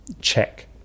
check